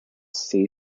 see